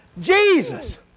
Jesus